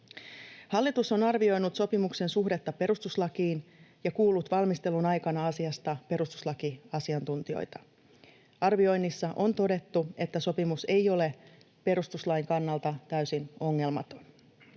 Hallitus on arvioinut sopimuksen suhdetta perustuslakiin ja kuullut valmistelun aikana asiasta perustuslakiasiantuntijoita. Arvioinnissa on todettu, että sopimus ei ole perustuslain kannalta täysin ongelmaton.